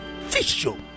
official